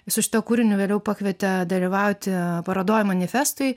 su šituo kūriniu vėliau pakvietė dalyvauti parodoj manifestui